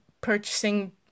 purchasing